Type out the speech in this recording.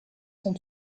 sont